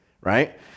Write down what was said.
right